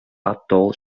atoll